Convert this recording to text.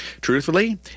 truthfully